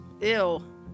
Ew